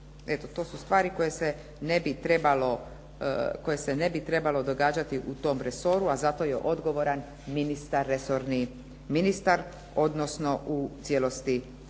to su stvari koje se ne bi trebale događati u tom resoru a za to je odgovoran ministar resorni odnosno u cijelosti